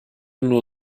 nur